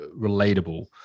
relatable